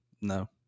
no